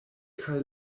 kaj